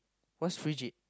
what's fidget